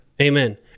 Amen